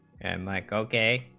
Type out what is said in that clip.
and michael k